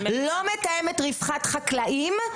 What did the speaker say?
לא מתאמת רווחת חקלאים,